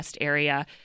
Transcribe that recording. area